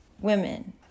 women